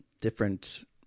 different